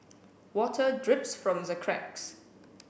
water drips from the cracks